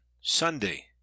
sunday